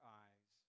eyes